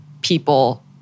people